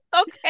okay